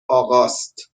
آقاست